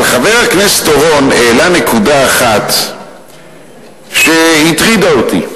אבל חבר הכנסת אורון העלה נקודה אחת שהטרידה אותי,